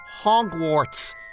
Hogwarts